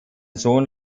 sohn